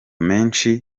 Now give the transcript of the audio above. menshi